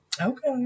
Okay